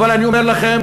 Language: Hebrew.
אבל אני אומר לכם,